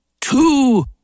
two